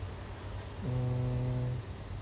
mm